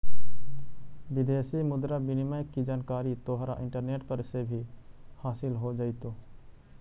विदेशी मुद्रा विनिमय की जानकारी तोहरा इंटरनेट पर से भी हासील हो जाइतो